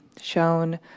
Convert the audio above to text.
shown